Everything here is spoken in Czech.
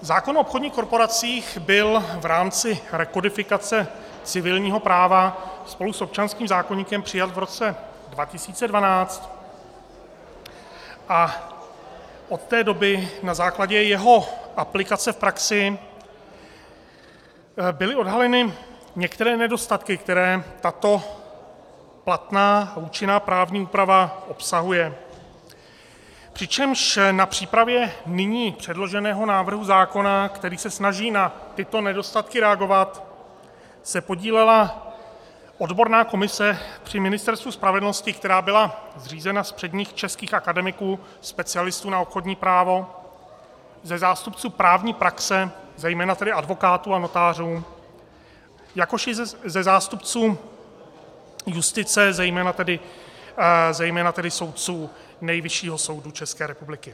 Zákon o obchodních korporacích byl v rámci rekodifikace civilního práva spolu s občanským zákoníkem přijat v roce 2012 a od té doby na základě jeho aplikace v praxi byly odhaleny některé nedostatky, které tato platná a účinná právní úprava obsahuje, přičemž na přípravě nyní předloženého návrhu zákona, který se snaží na tyto nedostatky reagovat, se podílela odborná komise při Ministerstvu spravedlnosti, která byla zřízena z předních českých akademiků, specialistů na obchodní právo, ze zástupců právní praxe, zejména tedy advokátů a notářů, jakož i ze zástupců justice, zejména tedy soudců Nejvyššího soudu České republiky.